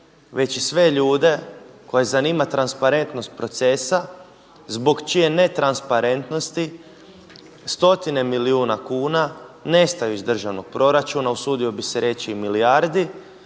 već i sve ljude koje zanima transparentnost procesa zbog čije ne transparentnosti stotine milijuna kuna nestaju iz državnog proračuna, usudio bih se reći i milijardi